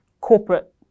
corporate